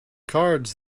cards